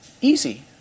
easy